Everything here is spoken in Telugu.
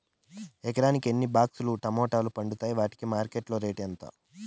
ఎకరాకి ఎన్ని బాక్స్ లు టమోటాలు పండుతాయి వాటికి మార్కెట్లో రేటు ఎంత?